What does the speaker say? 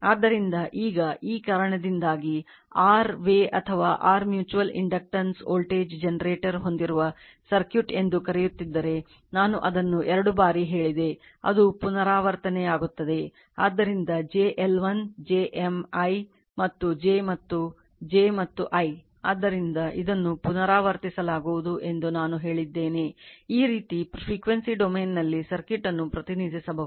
ಆದ್ದರಿಂದ ಈಗ ಈ ಕಾರಣದಿಂದಾಗಿ r way ಡೊಮೇನ್ನಲ್ಲಿ ಸರ್ಕ್ಯೂಟ್ ಅನ್ನು ಪ್ರತಿನಿಧಿಸಬಹುದು